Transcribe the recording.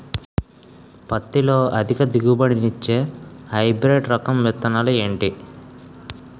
పత్తి లో అధిక దిగుబడి నిచ్చే హైబ్రిడ్ రకం విత్తనాలు ఏంటి